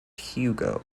hugo